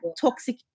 toxic